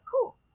Cool